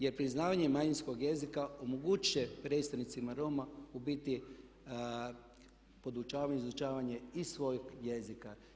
Jer priznavanje manjinskog jezika omogućiti će predstavnicima Roma u biti podučavanje, izučavanje i svojeg jezika.